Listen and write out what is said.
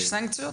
יש סנקציות?